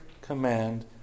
command